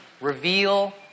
reveal